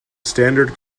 standard